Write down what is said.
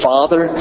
Father